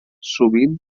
sovint